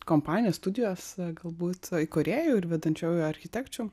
kompanijos studijos galbūt įkūrėjų ir vedančiųjų architekčių